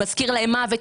זה מזכיר להם מוות,